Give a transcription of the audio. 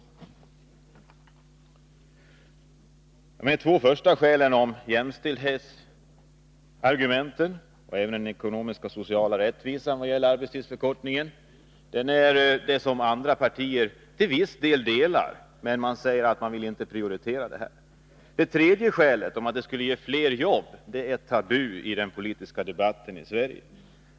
De åsikter som framförs i de två första punkterna, om jämställdhet mellan män och kvinnor och om den ekonomiska och sociala rättvisan när det gäller arbetstidsförkortningen, delas i viss utsträckning av andra partier, men man vill inte prioritera det. Den tredje punkten, att arbetstidsförkortningen skall ge fler jobb, är tabu i den politiska debatten i Sverige.